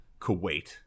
Kuwait